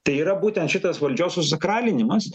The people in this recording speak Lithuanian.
tai yra būtent šitas valdžios susakralinimas